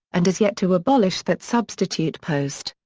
and has yet to abolish that substitute post.